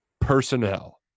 personnel